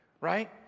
Right